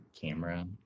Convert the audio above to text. camera